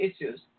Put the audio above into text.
issues